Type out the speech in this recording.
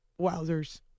Wowzers